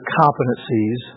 competencies